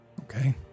Okay